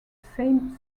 same